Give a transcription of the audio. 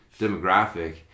demographic